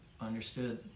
understood